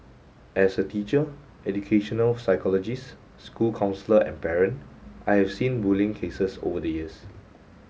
as a teacher educational psychologist school counsellor and parent I have seen bullying cases over the years